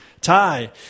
Ty